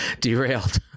derailed